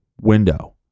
window